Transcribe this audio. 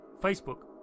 Facebook